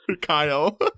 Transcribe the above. Kyle